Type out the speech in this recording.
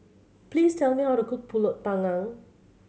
please tell me how to cook Pulut Panggang